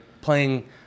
playing